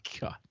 God